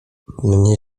mnie